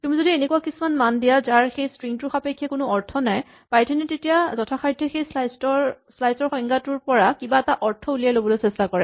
তুমি যদি এনেকুৱা কিছুমান মান দিয়া যাৰ সেই ষ্ট্ৰিং টোৰ সাপেক্ষে কোনো অৰ্থ নাই পাইথন এ তেতিয়া যথাসাধ্যে সেই শ্লাইচ ৰ সংজ্ঞাটোৰ পৰা কিবা এটা অৰ্থ উলিয়াই ল'বলৈ চেষ্টা কৰে